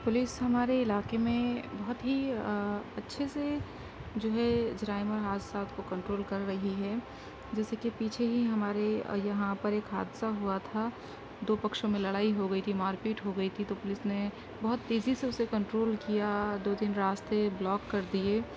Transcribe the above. police ہمارے علاقے میں بہت ہی اچھے سے جو ہے جرائم اور حادثات کو کنٹرول کر رہی ہے جیسے کہ پیچھے ہی ہمارے یہاں پر ایک حادثہ ہوا تھا دو پکشوں میں لڑائی ہو گئی تھی مارپیٹ ہو گئی تھی تو پولیس نے بہت تیزی سے اسے کنٹرول کیا دو تین راستے بلاک کر دیے